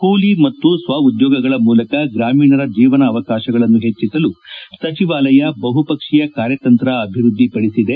ಕೂಲಿ ಮತ್ತು ಸ್ವ ಉದ್ಯೋಗಗಳ ಮೂಲಕ ಗ್ರಾಮೀಣರ ಜೀವನ ಅವಕಾಶಗಳನ್ನು ಹೆಚ್ಚಿಸಲು ಸಚಿವಾಲಯ ಬಹುಪಕ್ಷೀಯ ಕಾರ್ಯತಂತ್ರ ಅಭಿವೃದ್ದಿ ಪದಿಸಿದೆ